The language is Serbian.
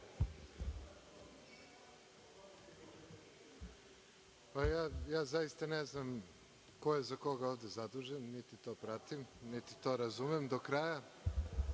Zaista ne znam ko je za koga ovde zadužen, niti to pratim, niti to razumem do kraja,